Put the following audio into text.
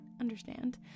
understand